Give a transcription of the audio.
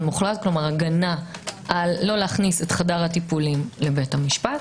מוחלט כלומר לא להכניס את חדר הטיפולים לבית המשפט,